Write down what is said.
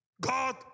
God